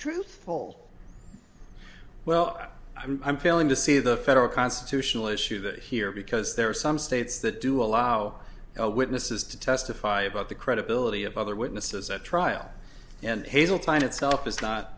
truthful well i mean i'm failing to see the federal constitutional issue that here because there are some states that do allow witnesses to testify about the credibility of other witnesses at trial and hazeltine itself is not